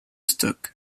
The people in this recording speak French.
stocks